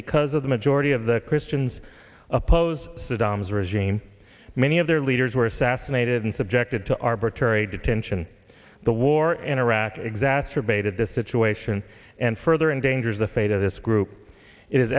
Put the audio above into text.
because of the majority of the christians opposed saddam's regime many of their leaders were assassinated and subjected to arbitrary detention the war in iraq exacerbated the situation and further endangers the fate of this group i